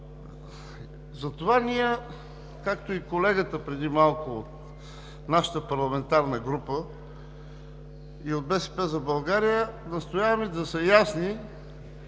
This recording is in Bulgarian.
Затова ние, както и колегата преди малко от нашата парламентарна група, от „БСП за България“ настояваме да са ясни